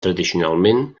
tradicionalment